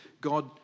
God